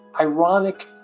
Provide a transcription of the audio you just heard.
ironic